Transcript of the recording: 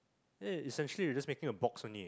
ah it is actually just making a box only